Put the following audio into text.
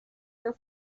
her